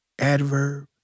adverb